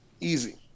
Easy